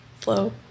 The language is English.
flow